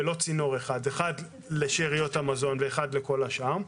אחד לשאריות המזון ואחד לכל השאר,